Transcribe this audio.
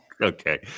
Okay